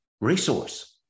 resource